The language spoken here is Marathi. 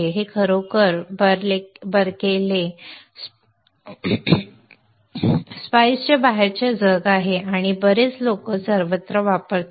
हे खरोखर बर्कले संदर्भ वेळ 1940 स्पाइस च्या बाहेरचे जग आहे आणि बरेच लोक सर्वत्र वापरतात